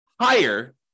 higher